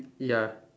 ya